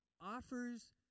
offers